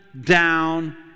down